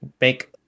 make